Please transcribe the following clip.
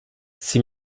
sie